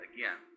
Again